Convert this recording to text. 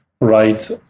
right